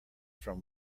from